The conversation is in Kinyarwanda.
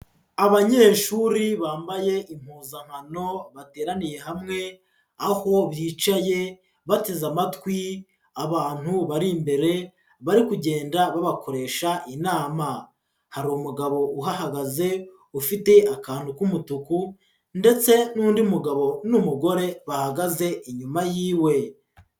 Abanyeshuri bambaye impuzankano bateraniye hamwe, aho bicaye bateze amatwi abantu bari imbere bari kugenda babakoresha inama. Hari umugabo uhagaze ufite akantu k'umutuku, ndetse n'undi mugabo n'umugore bahagaze inyuma yiwe.